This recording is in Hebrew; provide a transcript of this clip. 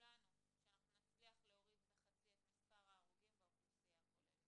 שאנחנו נצליח להוריד בחצי את מספר ההרוגים באוכלוסייה הכוללת.